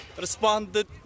responded